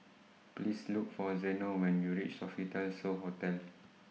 Please Look For Zeno when YOU REACH Sofitel So Hotel